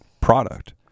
product